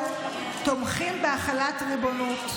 תומכים בהחלת ריבונות.